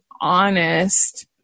honest